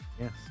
Yes